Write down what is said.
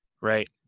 Right